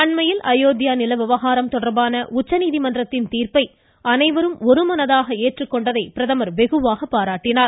அண்மையில் அயோத்தியா நில விவகாரம் தொடர்பான உச்சநீதிமன்றத்தின் தீர்ப்பை அனைவரும் ஒருமனதாக ஏற்றுக்கொண்டதை பிரதமர் வெகுவாக பாராட்டினார்